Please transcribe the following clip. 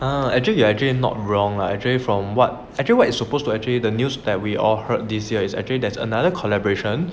uh actually you are actually not wrong lah actually from what actually what it's supposed to actually the news that we all heard this year is actually there's another collaboration